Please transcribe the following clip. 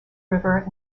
river